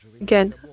again